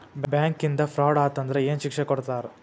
ಬ್ಯಾಂಕಿಂದಾ ಫ್ರಾಡ್ ಅತಂದ್ರ ಏನ್ ಶಿಕ್ಷೆ ಕೊಡ್ತಾರ್?